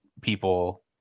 people